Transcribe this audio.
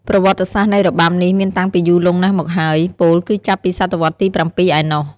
ប្រវត្តិសាស្ត្រនៃរបាំនេះមានតាំងពីយូរលង់ណាស់មកហើយ ពោលគឺចាប់ពីសតវត្សរ៍ទី ៧ ឯណោះ។